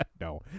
no